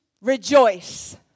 rejoice